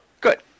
good